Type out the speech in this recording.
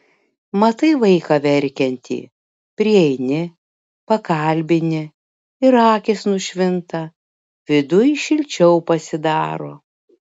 matai vaiką verkiantį prieini pakalbini ir akys nušvinta viduj šilčiau pasidaro